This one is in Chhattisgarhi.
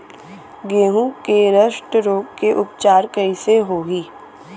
गेहूँ के रस्ट रोग के उपचार कइसे होही?